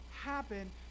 happen